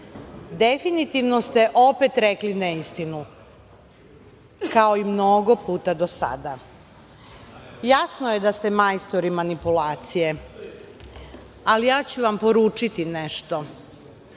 Definitivno ste opet rekli neistinu, kao i mnogo puta do sada. Jasno je da ste majstori manipulacije, ali ja ću vam poručiti nešto